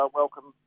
welcome